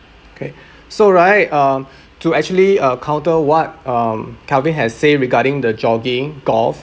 okay so right uh to actually uh counter what um calvin has say regarding the jogging golf